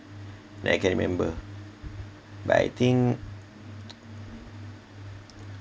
that I can remember but I think